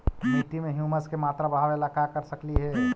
मिट्टी में ह्यूमस के मात्रा बढ़ावे ला का कर सकली हे?